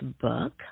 book